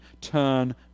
turn